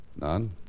None